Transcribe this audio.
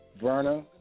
Verna